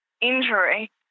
injury